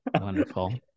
Wonderful